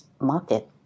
market